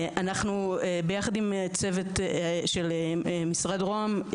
ביחד עם הצוות של משרד רוה״מ,